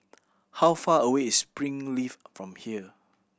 how far away is Springleaf from here